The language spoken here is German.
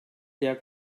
der